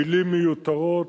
מלים מיותרות.